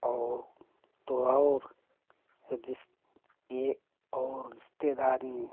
और तो और जिस एक और रिश्तेदारी में